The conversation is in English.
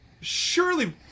surely